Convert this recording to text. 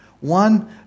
One